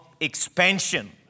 expansion